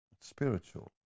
Spiritual